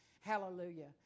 Hallelujah